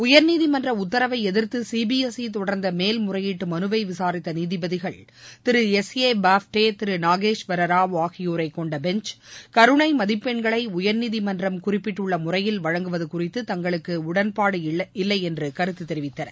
உயர்நீதிமன்ற உத்தரவை எதிர்த்து சிபிஎஸ்ஈ தொடர்ந்த மேல் முறையீட்டு மனுவை விசாரித்த நீதிபதிகள் திரு எஸ் ஏ பாப்தே திரு நாகேஷ்வரராவ் ஆகியோரை கொண்ட பெஞ்ச் கருணை மதிப்பெண்களை உயர்நீதிமன்றம் குறிப்பிட்டுள்ள முறையில் வழங்குவது குறித்து தங்களுக்கு உடன்பாடு இல்லையென்றும் கருத்து தெரிவித்தனர்